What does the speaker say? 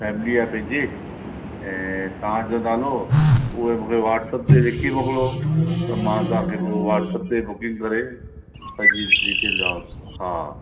family जा पंहिंजे ऐं तव्हां जो नालो उहे मूंखे व्हाटसप ते लिखी मोकिलियो त मां तव्हां खे पोइ व्हाटसप ते बुकिंग करे सॼी डिटेल ॾियांव हा